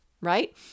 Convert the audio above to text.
right